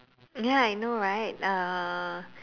ya I know right uh